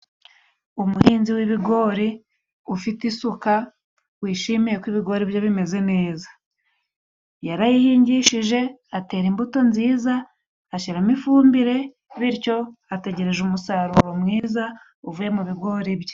Umuhinzi w'ibigori ufite isuka wishimiye ko ibigori bye bimeze neza, yarayihingishije atera imbuto nziza ashyiramo ifumbire bityo ategereje umusaruro mwiza uvuye mu bigori bye.